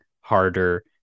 harder